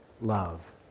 love